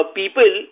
people